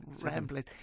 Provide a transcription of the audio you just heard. Rambling